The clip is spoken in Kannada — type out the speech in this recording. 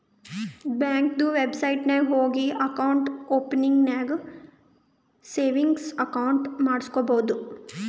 ಬ್ಯಾಂಕ್ದು ವೆಬ್ಸೈಟ್ ನಾಗ್ ಹೋಗಿ ಅಕೌಂಟ್ ಓಪನಿಂಗ್ ನಾಗ್ ಸೇವಿಂಗ್ಸ್ ಅಕೌಂಟ್ ಮಾಡುಸ್ಕೊಬೋದು